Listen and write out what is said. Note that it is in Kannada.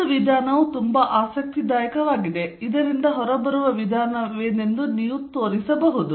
ಒಂದು ವಿಧಾನವು ತುಂಬಾ ಆಸಕ್ತಿದಾಯಕವಾಗಿದೆ ಇದರಿಂದ ಹೊರಬರುವ ವಿಧಾನವೆಂದರೆ ನೀವು ಏನು ತೋರಿಸಬಹುದು